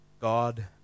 God